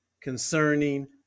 concerning